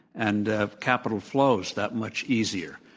and capital flows that much easier.